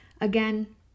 Again